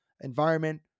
environment